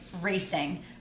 racing